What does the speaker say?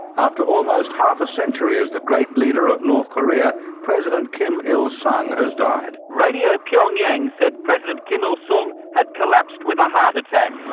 after almost half a century as the great leader of north korea, president kim il-sung has died. radio pyongyang said president kim il-sung had collapsed with a heart attack.